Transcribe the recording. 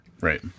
Right